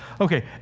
Okay